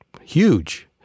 huge